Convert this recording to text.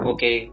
Okay